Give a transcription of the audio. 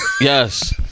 Yes